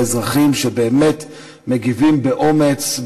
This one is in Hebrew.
לאזרחים שבאמת מגיבים באומץ,